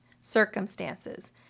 circumstances